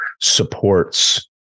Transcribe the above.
supports